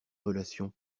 relations